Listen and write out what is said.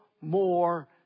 more